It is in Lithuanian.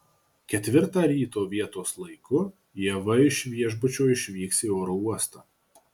ketvirtą ryto vietos laiku ieva iš viešbučio išvyks į oro uostą